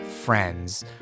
friends